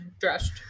dressed